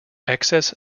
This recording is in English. excess